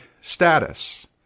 status